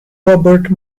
robert